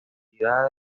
entidad